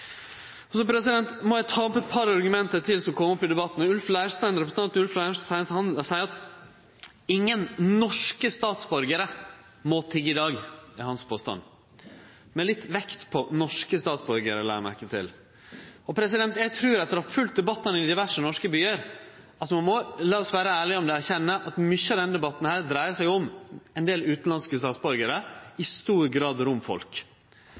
Stortinget? Så må eg ta opp eit par argument til som har kome opp i debatten. Representanten Ulf Leirstein seier at ingen norske statsborgarar må tigge i dag. Det er hans påstand – med vekt på «norske» statsborgarar la eg merke til. Eg trur etter å ha følgt debatten i diverse norske byar – lat oss vere ærlege om det og erkjenne det – dreiar mykje av denne debatten seg om ein del utanlandske statsborgarar, i stor grad romfolk.